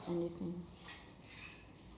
I'm listening